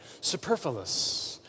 Superfluous